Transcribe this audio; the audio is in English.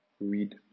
read